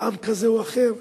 בעם כזה או אחר,